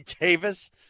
Davis